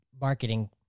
marketing